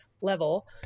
Level